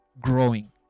growing